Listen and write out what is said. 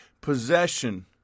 possession